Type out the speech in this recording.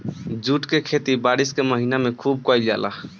jute के खेती बारिश के महीना में खुब कईल जाला